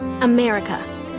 America